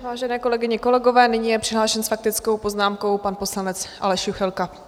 Vážené kolegyně, kolegové, nyní je přihlášen s faktickou poznámkou pan poslanec Aleš Juchelka.